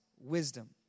wisdom